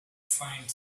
find